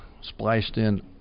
spliced-in